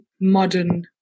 modern